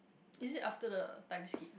is it after the time skip